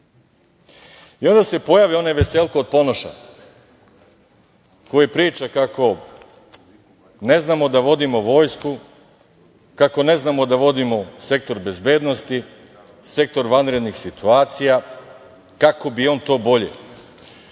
sami. Onda se pojavi onaj veseljko od Ponoša koji priča kako ne znamo da vodimo vojsku, kako ne znamo da vodimo Sektor bezbednosti, Sektor vanrednih situacija, kako bi on to bolje.